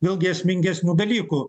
vėlgi esmingesnių dalykų